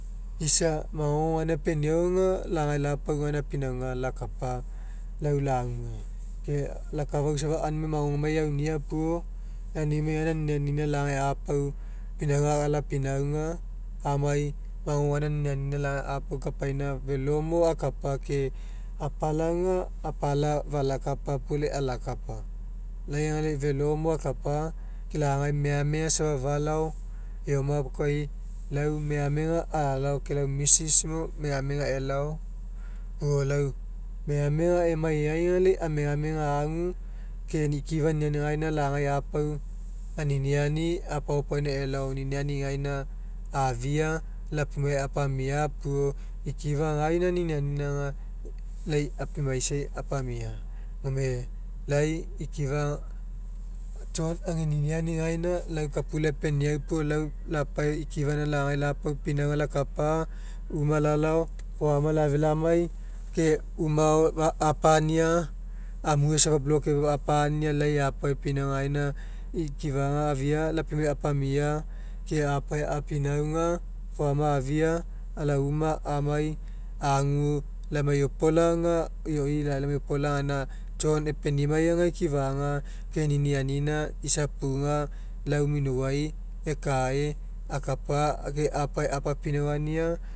Isa magogo gaina epeniau aga lagai lapau gaina pinauga lakapa lau lague ke lau akafau safa aunimai magogomai eaunia puo lau aunimai amai magogo gaina ninianina lagai apau kapaina felomo akapa ke apala aga apala falakapa puo lai alakapa lai aga lai felo mo akapa lagai megamega falao eoma kai lau alalao kai lau mrs mo megamega elao puo lau megamega emai e'ai aga lai amegamega agu ke gae ikifa ninianina gaina afia lapumai apamia puo ikifa kainai ninianina aga lai apumaisai apamia. Gome lai ikifa john ega niniani gaina lau kapula epeniau puo lau lapae ikifa gaina lagai apau pinauga laka uma lalao foama lafia lamai ke uma ao fapania mue safa block'ai fapania lainapae pinauga gaina ikifaga afia lai apimai apamia ke pinauga foama afia alao uma amai agu lai emai opola aga ioi lai kai lai emai opola gaina john epenimai ikifaga ke ninianina isapuga lau minouai ekae akapa ke apae apinauga